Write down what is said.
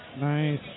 Nice